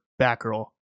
Batgirl